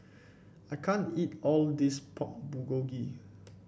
I can't eat all of this Pork Bulgogi